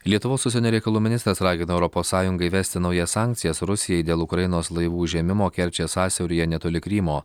lietuvos užsienio reikalų ministras ragina europos sąjungą įvesti naujas sankcijas rusijai dėl ukrainos laivų užėmimo kerčės sąsiauryje netoli krymo